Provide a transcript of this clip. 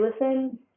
listen